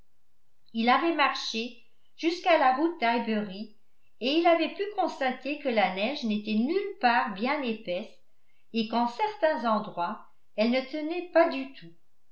il avait marché jusqu'à la route d'highbury et il avait pu constater que la neige n'était nulle part bien épaisse et qu'en certains endroits elle ne tenait pas du tout